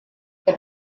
the